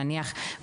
נניח,